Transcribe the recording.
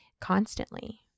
constantly